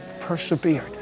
persevered